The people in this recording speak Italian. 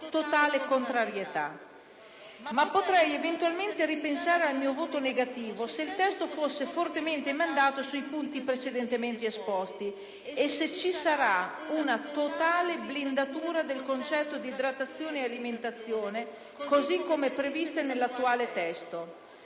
totale contrarietà. Potrei eventualmente ripensare al mio voto negativo se il testo fosse fortemente emendato sui punti precedentemente esposti e se si ci sarà una totale blindatura del concetto di idratazione ed alimentazione, così come previste nel testo